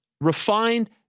refined